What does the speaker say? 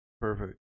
Perfect